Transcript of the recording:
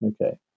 Okay